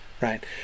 right